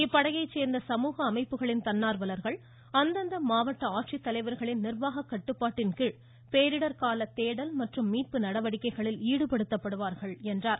இப்படையைச் சேர்ந்த சமூக அமைப்புகளின் தன்னார்வலர்கள் அந்தந்த மாவட்ட ஆட்சித்தலைவர்களின் நிர்வாகக் கட்டுப்பாட்டின்கீழ் பேரிடர் கால தேடல் மற்றும் மீட்பு நடவடிக்கைகளில் ஈடுபடுத்தப்படுவார்கள் என்றார்